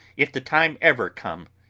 if the time ever comes,